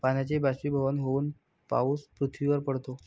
पाण्याचे बाष्पीभवन होऊन पाऊस पृथ्वीवर पडतो